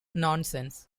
nonsense